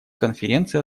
конференции